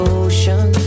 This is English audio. ocean